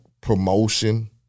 promotion